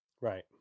Right